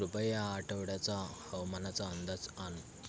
कृपया आठवड्याचा हवामानाचा अंदाज आण